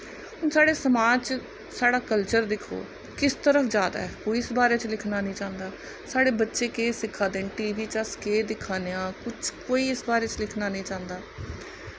हून साढ़े समाज च साढ़ा कल्चर दिक्खो किस तरफ जा दा ऐ कोई इस बारे च लिखना नेईं चांह्दा साढ़े बच्चे केह् सिक्खा दे न टी वी अस केह् दिक्खा ने आं कुछ कोई इस बारे च लिखना नेईं चांह्दा